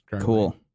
Cool